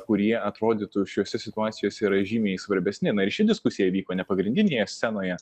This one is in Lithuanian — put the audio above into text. kurie atrodytų šiose situacijose yra žymiai svarbesni na ir ši diskusija vyko ne pagrindinėje scenoje